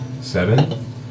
Seven